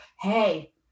hey